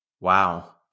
Wow